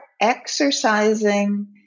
exercising